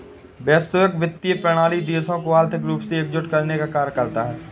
वैश्विक वित्तीय प्रणाली देशों को आर्थिक रूप से एकजुट करने का कार्य करता है